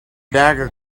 dagger